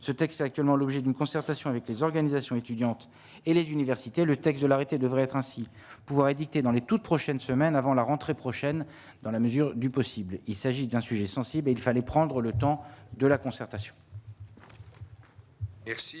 ce texte fait actuellement l'objet d'une concertation avec les organisations étudiantes et les universités, le texte de l'arrêté devrait être ainsi pouvoir édicter dans les toutes prochaines semaines avant la rentrée prochaine dans la mesure du possible, il s'agit d'un sujet sensible, il fallait prendre le temps de la concertation.